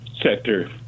sector